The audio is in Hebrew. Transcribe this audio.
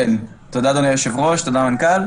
תודה אדוני היושב-ראש, אדוני המנכ"ל.